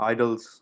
Idols